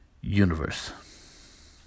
universe